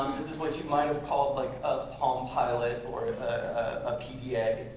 this is what you might have called like a palm pilot or a pda.